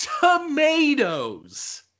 Tomatoes